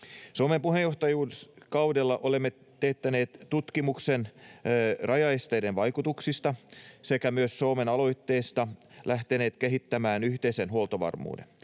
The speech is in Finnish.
Suomen puheenjohtajuuskaudella olemme teettäneet tutkimuksen rajaesteiden vaikutuksista sekä myös Suomen aloitteesta lähteneet kehittämään yhteistä huoltovarmuutta.